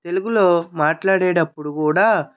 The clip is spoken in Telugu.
తెలుగులో మాట్లాడేటప్పుడు కూడా